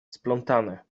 splątane